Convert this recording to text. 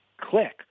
click